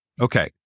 Okay